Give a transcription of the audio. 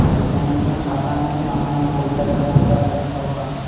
सुकन्या खाता मे ऑनलाइन पईसा जमा कर सकथव का?